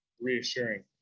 reassuring